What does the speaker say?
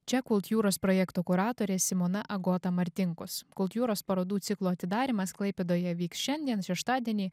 čia kultjūros projekto kuratorė simona agota martinkus kultjūros parodų ciklo atidarymas klaipėdoje vyks šiandien šeštadienį